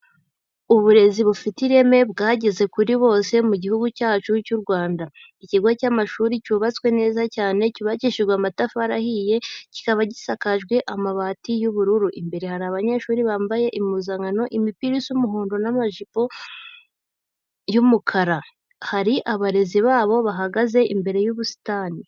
Uburezi bufite ireme bwageze kuri bose mu gihugu cyacu cy'u Rwanda, ikigo cy'amashuri cyubatswe neza cyane cyubakishijwe amatafari ahiye, kikaba gisakajwe amabati y'ubururu, imbere hari abanyeshuri bambaye impuzankano, imipira isa umuhondo n'amajipo y'umukara, hari abarezi babo bahagaze imbere y'ubusitani.